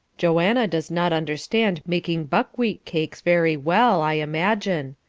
joanna does not understand making buckwheat cakes very well, i imagine,